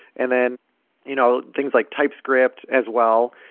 and then you know things like typescript as well.